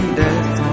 death